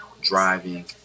driving